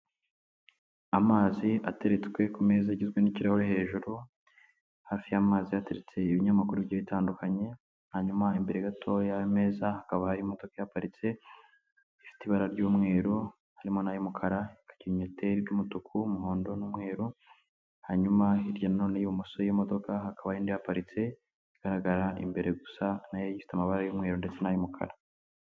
Amazi ateretswe ku meza agizwe n'ikihure hejuru hafi y'amazi hateretse ibinyamakuru bitandukanye hanyuma imbere gato y'ameza hakaba hari imodoka ihaparitse, ifite ibara ry'umweru harimo na y'umukara hari kinyoteri ry'umutuku w'umuhondo n'umweru, hanyuma hirya n'ibumoso y'imodoka hakaba hari indi ihaparitse igaragara imbere gusa na yo ifite amabara y'umweru ndetse n'umukara.